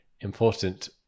important